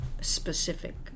specific